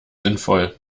sinnvoll